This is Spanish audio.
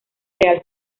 real